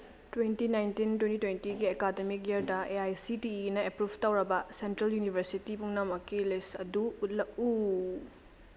twenty nineteen twenty ꯇ꯭ꯋꯦꯟꯇꯤꯒꯤ academic ꯏꯌꯥꯔꯗ A I C T ꯏꯅ ꯑꯦꯄ꯭ꯔꯨꯕ ꯇꯧꯔꯕ ꯁꯦꯟꯇ꯭ꯔꯦꯜ ꯌꯨꯅꯤꯕꯔꯁꯤꯇꯤ ꯄꯨꯝꯅꯃꯛꯀꯤ ꯂꯤꯁ ꯑꯗꯨ ꯎꯠꯂꯛꯎ